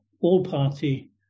all-party